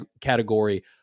category